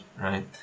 right